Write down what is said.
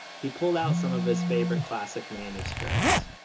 he pulled out some of his favorite classic manuscripts,